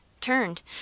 turned